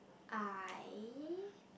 I